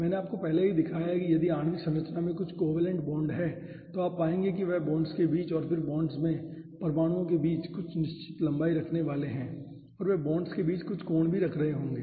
मैंने आपको पहले ही दिखाया है कि यदि आपके आणविक संरचना में कुछ कॉवेलेंट बॉन्ड हैं तो आप पाएंगे कि वे बांड्स के बीच और फिर बांड्स में परमाणुओं के बीच कुछ निश्चित लंबाई रखने वाले हैं और वे बांड्स के बीच भी कुछ कोण रख रहे होंगे